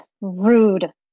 rude